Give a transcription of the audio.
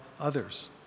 others